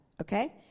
Okay